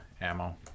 ammo